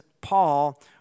Paul